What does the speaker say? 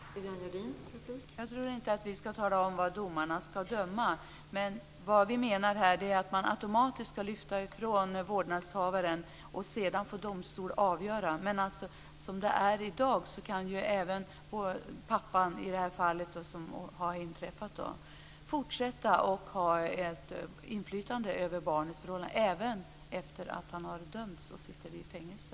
Fru talman! Jag tror inte att vi ska tala om vad domarna ska döma. Vi menar att vårdnaden ska automatiskt lyftas från vårdnadshavaren. Sedan får domstolen avgöra. Som det är i dag kan pappan i det inträffade fallet fortsätta att ha ett inflytande över barnet, även efter det att han har dömts och satts i fängelse.